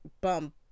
bump